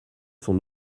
son